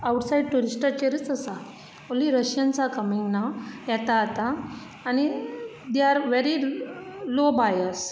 outside ट्युरीसटाचेरच आसा only Russians are coming नाव येता आता आनी ते आर वेरी लो बायस